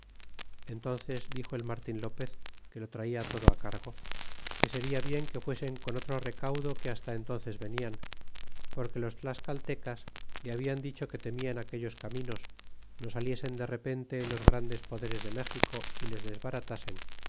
enteces dixo el martin lopez que lo traia todo cargo que seria bien que fuesen con otro recaudo que hasta entónces venian porque los tlasz caltecas le hablan dicho que temian aquellos caminos no saliesen de repente los grandes poderes de méxico y les desbaratasen